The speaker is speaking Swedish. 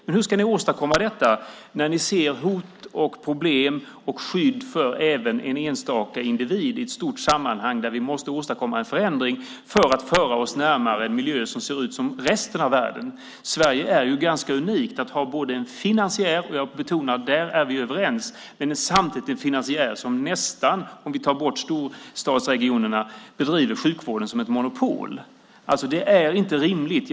Men hur ska ni åstadkomma detta när ni ser hot, problem och behov av skydd för även en enstaka individ i ett stort sammanhang där vi måste åstadkomma en förändring för att föra oss närmare en miljö som ser ut som resten av världen? Sverige är ju ganska unikt när det gäller att ha en finansiär - jag betonar: Där är vi överens - som samtidigt nästan, om vi undantar storstadsregionerna, bedriver sjukvården som ett monopol. Det är inte rimligt.